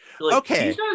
Okay